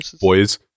Boys